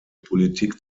politik